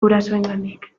gurasoengandik